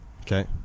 Okay